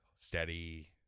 steady